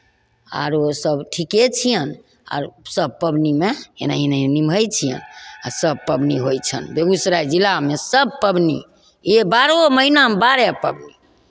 आरो सभ ठीके छियनि आर सभ पाबनिमे एना एना निमहै छियनि आ सभ पाबनि होइ छनि बेगूसराय जिलामे सभ पाबनि ए बारहो महिनामे बारह पाबनि